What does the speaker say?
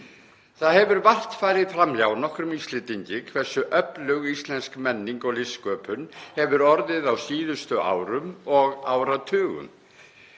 Það hefur vart farið fram hjá nokkrum Íslendingi hversu öflug íslensk menning og listsköpun hefur orðið á síðustu árum og áratugum.